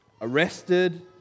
arrested